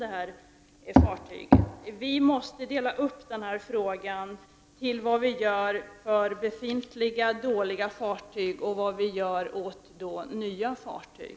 Det här problemet måste delas upp i vad vi gör åt befintliga dåliga fartyg och vad vi gör åt nya fartyg.